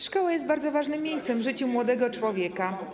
Szkoła jest bardzo ważnym miejscem w życiu młodego człowieka.